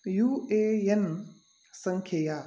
you A N सङ्ख्यया